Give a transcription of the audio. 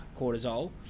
cortisol